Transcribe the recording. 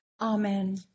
Amen